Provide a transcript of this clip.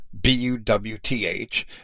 B-U-W-T-H